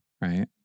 right